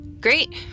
Great